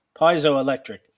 piezoelectric